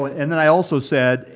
and then i also said,